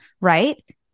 right